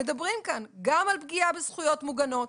שמדברים כאן גם על פגיעה בזכויות מוגנות,